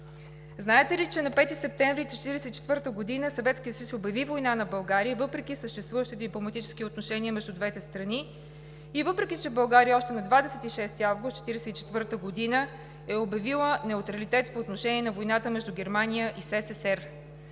Знаете ли, че на 5 септември 1944 г. Съветският съюз обяви война на България, въпреки съществуващите дипломатически отношения между двете страни, въпреки че България още на 26 август 1944 г. е обявила неутралитет по отношение… (шум и реплики от